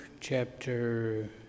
chapter